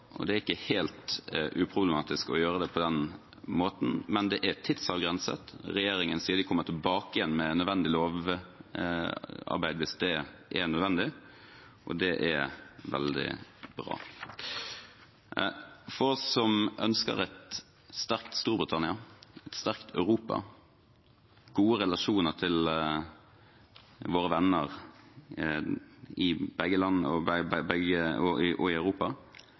og det er ikke helt uproblematisk å gjøre det på den måten, men det er tidsavgrenset. Regjeringen sier de kommer tilbake med nødvendig lovarbeid hvis det er nødvendig, og det er veldig bra. For oss som ønsker et sterkt Storbritannia, et sterkt Europa og gode relasjoner til våre venner begge